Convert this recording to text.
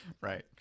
right